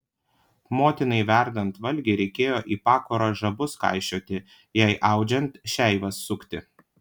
motinai verdant valgį reikėjo į pakurą žabus kaišioti jai audžiant šeivas sukti